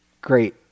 Great